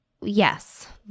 yes